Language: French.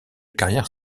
carrière